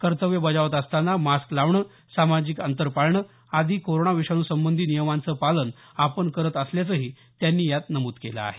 कर्तव्य बजावत असताना मास्क लावणं सामाजिक अंतर पाळणं आदी कोरोना विषाणूसंबंधी नियमांचं पालन आपण करत असल्याचंही त्यांनी यात नमूद केलं आहे